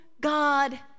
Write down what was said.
God